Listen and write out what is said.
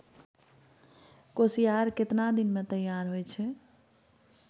कोसियार केतना दिन मे तैयार हौय छै?